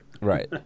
Right